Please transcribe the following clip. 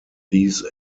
these